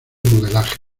modelaje